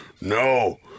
No